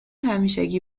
همیشگی